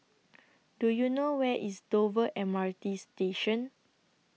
Do YOU know Where IS Dover M R T Station